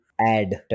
add